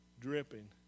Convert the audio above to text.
dripping